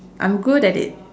I'm good at it